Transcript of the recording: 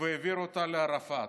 והעביר אותה לערפאת.